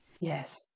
Yes